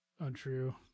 untrue